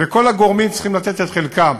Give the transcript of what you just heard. וכל הגורמים צריכים לתת את חלקם.